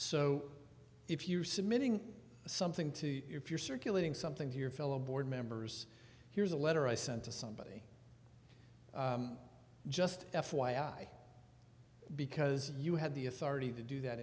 so if you're submitting something to if you're circulating something to your fellow board members here's a letter i sent to somebody just f y i because you had the authority to do that